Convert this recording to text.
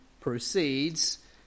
proceeds